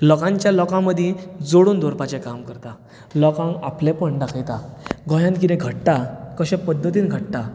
लोकांच्या लोकां मदीं जोडून दवरपाचें काम करता लोकांक आपलेंपण दाखयता गोंयांत कितें घडटा कशे पद्दतीन घडटा